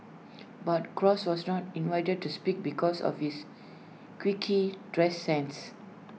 but cross was not invited to speak because of his quicky dress sense